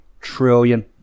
trillion